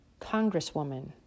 Congresswoman